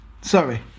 Sorry